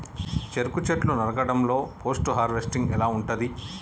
చెరుకు చెట్లు నరకడం లో పోస్ట్ హార్వెస్టింగ్ ఎలా ఉంటది?